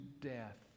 death